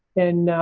and,